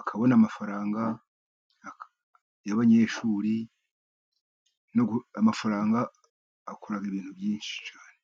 akabona amafaranga y'abanyeshuri, amafaranga akora ibintu byinshi cyane.